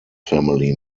family